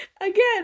again